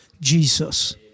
Jesus